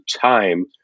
time